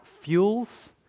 fuels